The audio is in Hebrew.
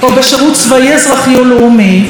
או לשירות צבאי אזרחי או לאומי,